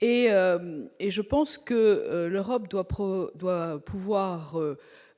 et et je pense que l'Europe doit pro doit